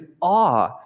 awe